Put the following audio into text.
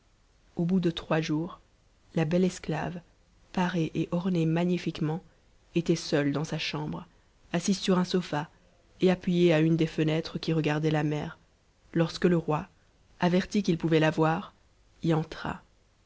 au bout de trois jours la belle esclave parée et ornée magnifiquement était seule dans sa chambre assise sur un sofa et appuyée à une des fenêtres qui regardaient la mer lorsque le roi averti qu'il pouvait la voir y entra